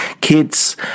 kids